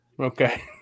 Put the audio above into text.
Okay